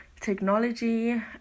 technology